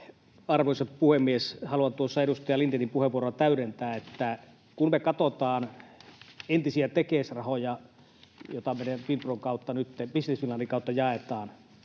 Arvoisa puhemies! Haluan edustaja Lindénin puheenvuoroa täydentää, että kun me katsotaan entisiä Tekes-rahoja, joita nyt Business Finlandin kautta jaetaan,